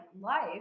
life